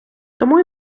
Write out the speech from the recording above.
тому